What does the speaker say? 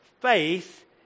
faith